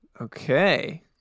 Okay